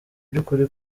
by’ukuri